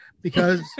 because-